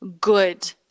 good